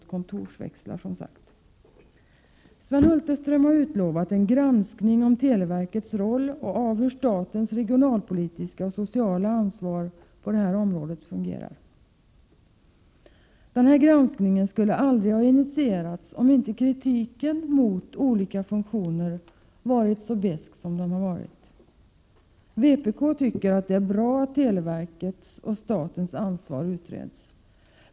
Sven Hulterström har utlovat en granskning om televerkets roll och av hur statens regionalpolitiska och sociala ansvar på teleområdet fungerar. Denna granskning skulle aldrig ha initierats om inte kritiken mot olika funktioner varit så besk. Vpk tycker att det är bra att televerkets och statens ansvar utreds.